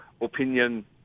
opinion